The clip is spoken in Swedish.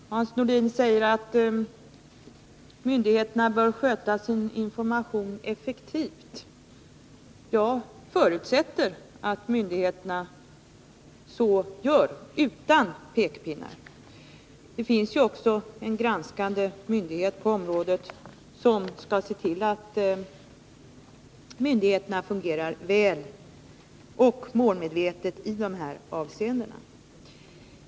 Fru talman! Sven-Erik Nordin säger att myndigheterna bör sköta sin information effektivt. Jag förutsätter att myndigheterna så gör utan pekpinnar. Det finns ju också en granskande myndighet på området, som skall se till att myndigheterna fungerar väl och målmedvetet i det här avseendet.